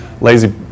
Lazy